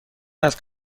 است